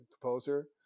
composer